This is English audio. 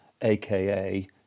aka